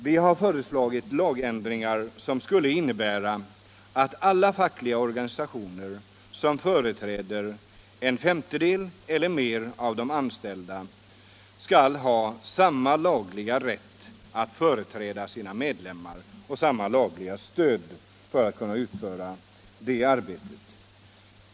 Vi har föreslagit lagändringar som skulle innebära att alla fackliga organisationer som företräder en femtedel eller mer av de anställda skall ha samma lagliga rätt att företräda sina medlemmar och samma lagliga stöd för att kunna utföra arbete bland dessa.